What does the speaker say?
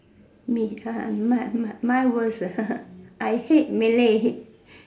me mine mine mine worse I hate Malay